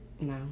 No